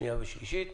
שנייה ושלישית,